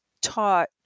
taught